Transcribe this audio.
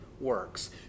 works